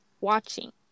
watching